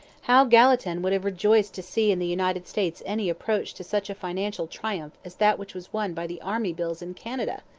how gallatin would have rejoiced to see in the united states any approach to such a financial triumph as that which was won by the army bills in canada!